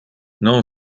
non